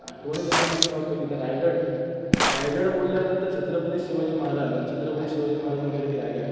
आठवणीत राहण्यासारखी बाब कशी तर रायगड रायगड बोलल्यानंतर छत्रपती शिवाजी महाराज आणि छत्रपती शिवाजी महाराज म्हटलं की रायगड